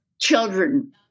children